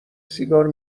سیگار